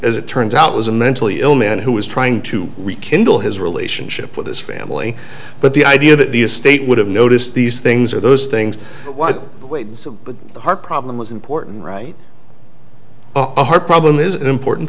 as it turns out was a mentally ill man who was trying to rekindle his relationship with his family but the idea that the estate would have noticed these things or those things what the heart problem was important right a heart problem is an important